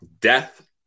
death